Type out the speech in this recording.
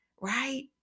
Right